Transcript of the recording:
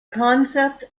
concept